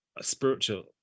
spiritual